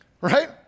Right